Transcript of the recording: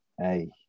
Hey